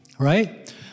Right